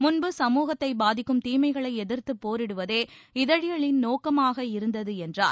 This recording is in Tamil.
முன்பு சமூகத்தை பாதிக்கும் தீமைகளை எதிர்த்துப் போரிடுவதே இதழியலின் நோக்கமாக இருந்தது என்றார்